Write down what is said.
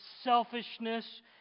selfishness